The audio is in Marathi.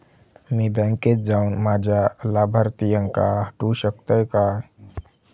मी बँकेत जाऊन माझ्या लाभारतीयांका हटवू शकतय काय?